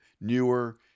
newer